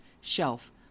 shelf